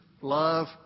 love